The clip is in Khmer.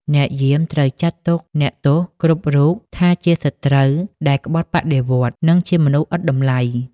អ្នកយាមត្រូវចាត់ទុកអ្នកទោសគ្រប់រូបថាជា «សត្រូវ» ដែលក្បត់បដិវត្តន៍ និងជាមនុស្សឥតតម្លៃ។